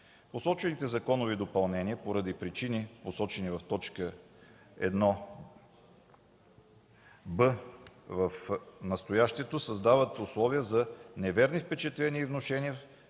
Посочените законови допълнения, поради причините, посочени в т. 1, буква „в” в настоящото, създават условия за неверни впечатления и внушения,